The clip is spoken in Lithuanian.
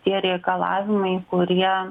tie reikalavimai kurie